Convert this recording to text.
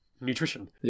Nutrition